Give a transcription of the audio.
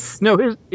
No